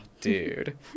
dude